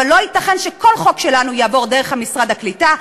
אבל לא ייתכן שכל חוק שלנו יעבור דרך משרד הקליטה.